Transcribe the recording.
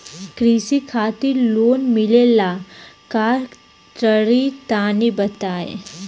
कृषि खातिर लोन मिले ला का करि तनि बताई?